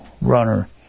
runner